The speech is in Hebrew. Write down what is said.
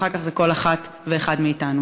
ואחר כך זה כל אחת ואחד מאתנו.